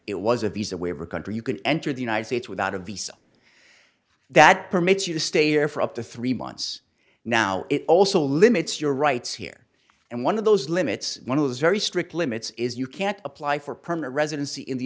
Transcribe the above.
it was a visa waiver country you can enter the united states without a visa that permits you to stay here for up to three months now it also limits your rights here and one of those limits one of the very strict limits is you can't apply for permanent residency in the